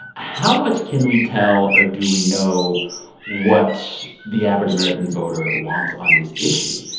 how much can we tell or do we know what the average american voter wants on this issue?